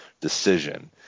decision